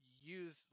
use